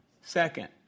second